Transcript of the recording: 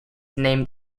named